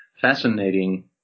fascinating